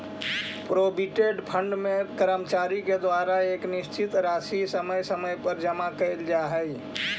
provident fund में कर्मचारि के द्वारा एक निश्चित राशि समय समय पर जमा कैल जा हई